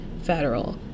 federal